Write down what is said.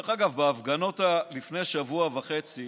דרך אגב, בהפגנות לפני שבוע וחצי